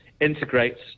integrates